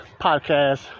podcast